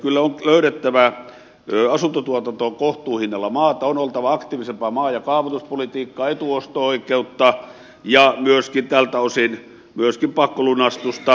kyllä on löydettävä asuntotuotantoon kohtuuhinnalla maata on oltava aktiivisempaa maa ja kaavoituspolitiikkaa etuosto oikeutta ja tältä osin myöskin pakkolunastusta